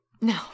No